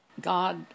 God